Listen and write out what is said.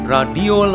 Radio